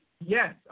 Yes